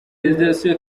yasuye